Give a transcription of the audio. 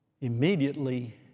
immediately